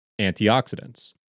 Antioxidants